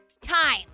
Time